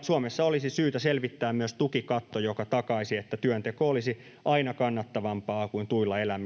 Suomessa olisi syytä selvittää myös tukikatto, joka takaisi, että työnteko olisi aina kannattavampaa kuin tuilla eläminen.